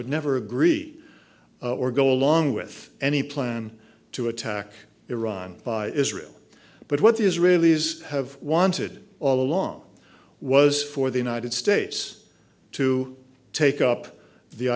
would never agree or go along with any plan to attack iran by israel but what the israelis have wanted all along was for the united states to take up the